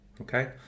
okay